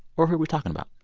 or who are we talking about?